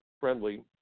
friendly